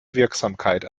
wirksamkeit